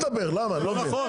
למה אתם לא נותנים לו לדבר?